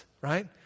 Right